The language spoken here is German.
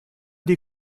die